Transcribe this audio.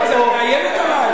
מה זה, את מאיימת עלי?